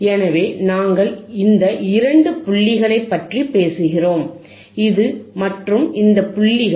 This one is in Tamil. எனவே நாங்கள் இந்த 2 புள்ளிகளைப் பற்றி பேசுகிறோம் இது மற்றும் இந்த புள்ளிகள்